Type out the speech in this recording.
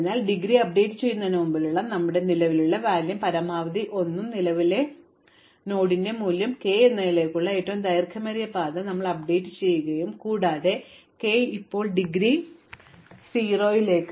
അതിനാൽ degree update ചെയ്യുന്നതിന് മുമ്പുള്ളതുപോലെ തന്നെ ഞങ്ങൾ ചെയ്യുന്നു നിലവിലെ മൂല്യത്തിന്റെ പരമാവധി 1 ഉം നിലവിലെ നോഡിന്റെ മൂല്യവും k എന്നതിലേക്കുള്ള ഏറ്റവും ദൈർഘ്യമേറിയ പാത ഞങ്ങൾ അപ്ഡേറ്റുചെയ്യുന്നു കൂടാതെ k ഇപ്പോൾ ഡിഗ്രി 0 ലേക്ക് ഒരു ശീർഷകമായി മാറിയെന്ന് കണ്ടെത്തിയാൽ ഞങ്ങൾ കീയിലേക്ക് ചേർത്തു